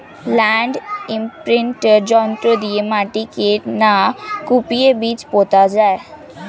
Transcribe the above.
land imprinter যন্ত্র দিয়ে মাটিকে না কুপিয়ে বীজ পোতা যায়